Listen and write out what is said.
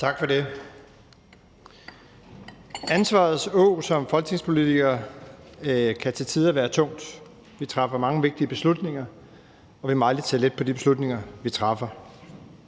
Tak for det. Ansvarets åg som folketingspolitiker kan til tider være tungt. Vi træffer mange vigtige beslutninger, og vi må aldrig tage let på de beslutninger, vi træffer.